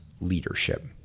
leadership